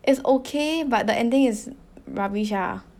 is ok but the ending is rubbish ah